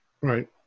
Right